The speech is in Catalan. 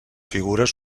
figures